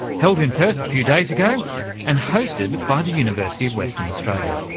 held in perth a few days ago and hosted by the university of western australia.